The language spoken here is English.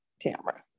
Tamra